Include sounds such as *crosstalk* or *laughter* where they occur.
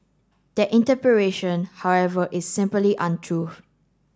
that *unintelligible* however is simply untrue